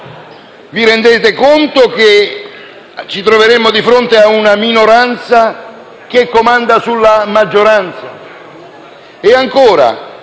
vi rendete conto che ci troveremmo di fronte a una minoranza che comanda sulla maggioranza?